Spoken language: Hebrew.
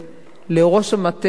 לראש המטה שלי,